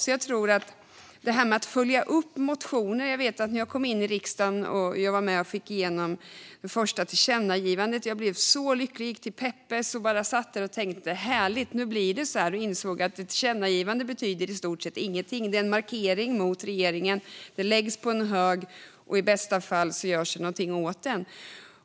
När jag hade kommit in i riksdagen och för första gången var med och fick igenom ett tillkännagivande blev jag så lycklig. Jag gick till Peppes och satt där och tänkte: "Härligt - nu blir det så här!" Sedan insåg jag att ett tillkännagivande i stort sett inte betyder någonting. Det är en markering mot regeringen. Det läggs på en hög, och i bästa fall görs det någonting åt det.